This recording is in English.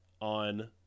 on